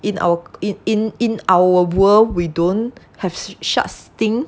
in our in in in our world we don't have such thing